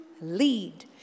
lead